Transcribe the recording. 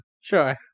Sure